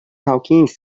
hawkins